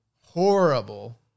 Horrible